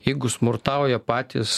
jeigu smurtauja patys